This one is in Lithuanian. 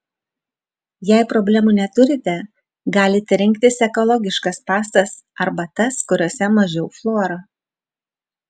jei problemų neturite galite rinktis ekologiškas pastas arba tas kuriose mažiau fluoro